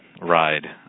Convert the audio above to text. ride